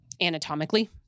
anatomically